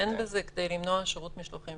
שאין בזה כדי למנוע שירות משלוחים.